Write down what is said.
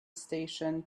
station